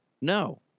No